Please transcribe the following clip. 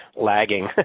lagging